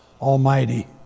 Almighty